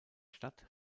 stadt